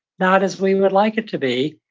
not as we would like it to be,